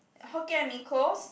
Hokkien-Mee close